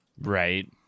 Right